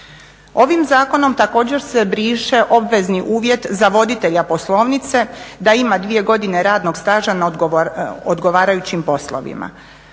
Ovim zakonom također se briše obvezni uvjet za voditelja poslovnice da ima dvije godine radnog staža na odgovarajućim poslovima.